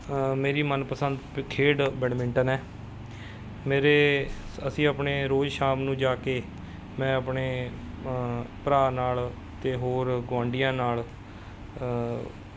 ਹਾਂ ਮੇਰੀ ਮਨਪਸੰਦ ਖੇਡ ਬੈਡਮਿੰਟਨ ਹੈ ਮੇਰੇ ਅਸੀਂ ਆਪਣੇ ਰੋਜ਼ ਸ਼ਾਮ ਨੂੰ ਜਾ ਕੇ ਮੈਂ ਆਪਣੇ ਭਰਾ ਨਾਲ ਅਤੇ ਹੋਰ ਗੁਆਂਢੀਆਂ ਨਾਲ